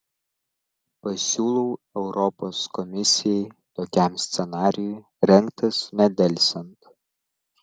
pasiūliau europos komisijai tokiam scenarijui rengtis nedelsiant